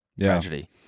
tragedy